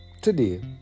Today